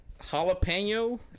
jalapeno